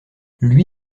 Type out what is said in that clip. lui